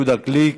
יהודה גליק,